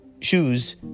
shoes